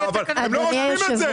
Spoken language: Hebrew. אבל הם רושמים את זה.